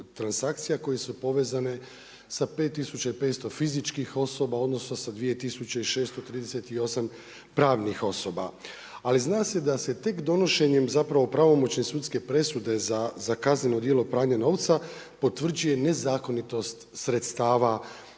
transakcija koje su povezane sa 5500 fizičkih osoba odnosno sa 2638 pravnih osoba. Ali zna se da se tek donošenjem pravomoćne sudske presude za kazneno djelo pranja novca potvrđuje nezakonitost sredstava